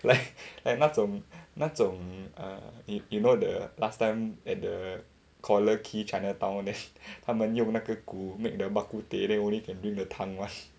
like like 那种那种 err you you know the last time at the collyer quay chinatown then 他们用那个骨 make the bak kut teh then only can drink the 汤 [one]